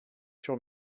sur